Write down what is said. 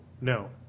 No